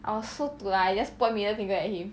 I was so dulan I just point middle finger at him